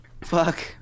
fuck